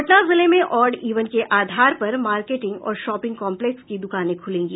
पटना जिले में odd even के आधार पर मार्केटिंक और शॉपिंग कॉम्प्लेक्स की द्रकानें खुलेंगी